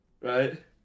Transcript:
right